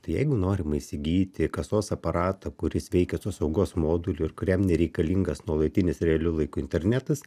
tai jeigu norima įsigyti kasos aparatą kuris veikia su apsaugos moduliu ir kuriam nereikalingas nuolatinis realiu laiku internetas